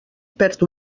perd